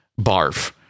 barf